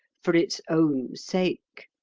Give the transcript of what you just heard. for its own sake.